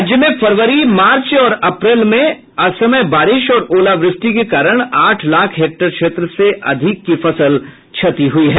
राज्य में फरवरी मार्च और अप्रैल में असमय बारिश तथा ओलावृष्टि के कारण आठ लाख हेक्टेयर क्षेत्र से अधिक की फसल क्षति हुई है